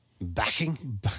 backing